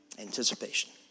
Anticipation